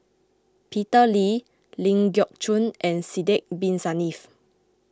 Peter Lee Ling Geok Choon and Sidek Bin Saniff